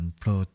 pro